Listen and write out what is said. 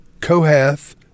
Kohath